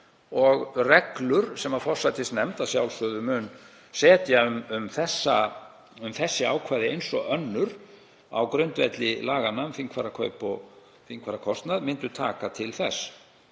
og reglur, sem forsætisnefnd mun að sjálfsögðu setja um þessi ákvæði eins og önnur á grundvelli laganna um þingfararkaup og þingfararkostnað, myndu taka til þess.